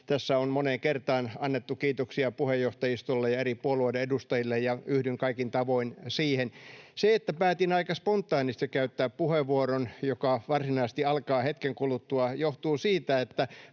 Tässä on moneen kertaan annettu kiitoksia puheenjohtajistolle ja eri puolueiden edustajille, ja yhdyn kaikin tavoin siihen. — Se, että päätin aika spontaanisti käyttää puheenvuoron, joka varsinaisesti alkaa hetken kuluttua, johtuu siitä, että